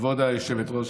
כבוד היושבת-ראש,